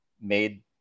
made